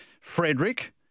Frederick